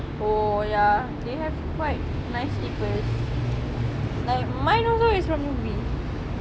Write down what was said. oh ya they have quite nice slippers like mine also is from rubi